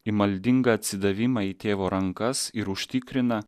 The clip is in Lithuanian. į maldingą atsidavimą į tėvo rankas ir užtikrina